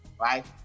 Right